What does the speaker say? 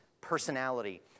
personality